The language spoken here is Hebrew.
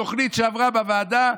התוכנית שעברה בוועדה,